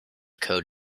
code